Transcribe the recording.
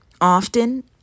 Often